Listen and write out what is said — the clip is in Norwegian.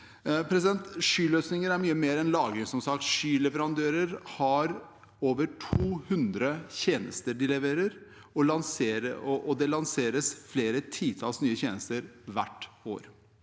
Skyløsninger er som sagt mye mer enn lagring. Skyleverandører har over 200 tjenester de leverer, og det lanseres flere titalls nye tjenester hvert år.